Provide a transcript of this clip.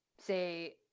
say